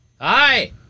Hi